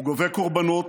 הוא גובה קורבנות,